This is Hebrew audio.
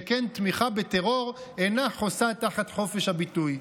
שכן תמיכה בטרור אינה חוסה תחת חופש הביטוי.